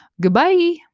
Goodbye